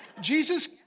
Jesus